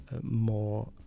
more